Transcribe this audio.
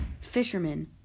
Fisherman